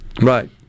Right